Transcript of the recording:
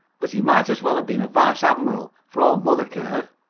but he might as well have been a vice-admiral for all mother cared.